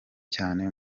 cyane